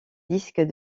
disques